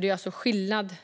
Det är alltså skillnad